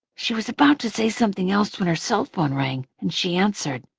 she was about to say something else when her cell phone rang, and she answered.